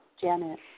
Janet